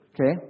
Okay